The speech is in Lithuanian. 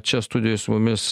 čia studijoj su mumis